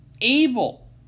able